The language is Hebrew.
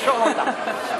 תרשום אותה.